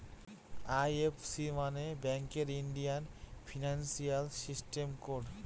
IFC মানে ব্যাঙ্কের Indian financial system code